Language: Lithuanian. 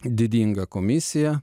didinga komisija